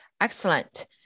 Excellent